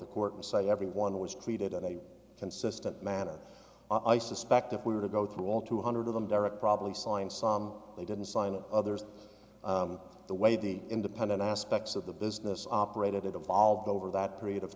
the court and say everyone was treated on a consistent matter i suspect if we were to go through all two hundred of them derek probably saw in some they didn't sign of others the way the independent aspects of the business operated evolved over that period of